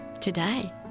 today